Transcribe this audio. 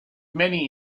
many